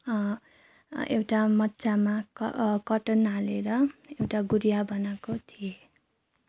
एउटा मोजामा कटन हालेर एउटा गुडिया बनाएको थिएँ